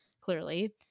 Clearly